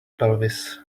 pelvis